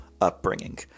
upbringing